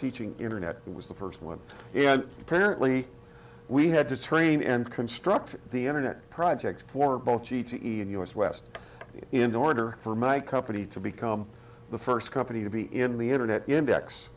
teaching internet was the first one and apparently we had to train and construct the internet projects for both g t e and us west in order for my company to become the first company to be in the internet index